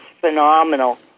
phenomenal